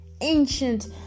ancient